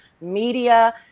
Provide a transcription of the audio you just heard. media